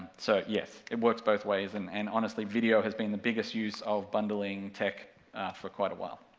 so yes, it works both ways, and and honestly, video has been the biggest use of bundling tech for quite a while,